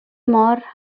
mor